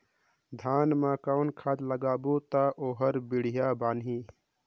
धान मा कौन खाद लगाबो ता ओहार बेडिया बाणही?